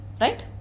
Right